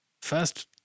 first